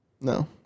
No